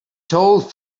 told